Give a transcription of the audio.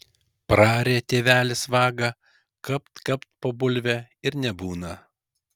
praarė tėvelis vagą kapt kapt po bulvę ir nebūna